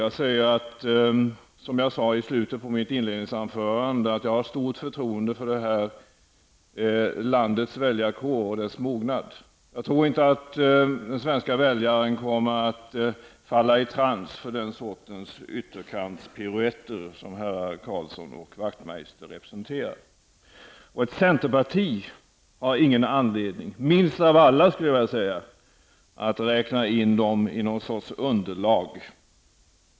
Jag säger -- som jag sade i slutet av mitt inledningsanförande -- att jag har stort förtroende för detta lands väljarkår och dess mognad. Jag tror inte att den svenska väljaren kommer att falla i trans för den sortens ytterkantspiruetter som herrarna Karlsson och Wachtmeister representerar. Minst av alla har ett centerparti någon anledning att räkna in dem i något sorts underlag.